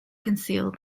conceal